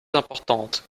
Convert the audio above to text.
importante